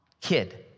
Kid